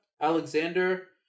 Alexander